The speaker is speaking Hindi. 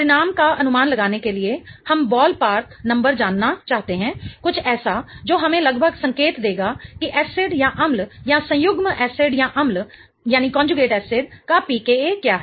परिणाम का अनुमान लगाने के लिए हम बॉलपार्क नंबर जानना चाहते हैं कुछ ऐसा जो हमें लगभग संकेत देगा कि एसिडअम्ल या संयुग्म एसिडअम्ल का pKa क्या है